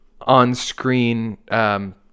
on-screen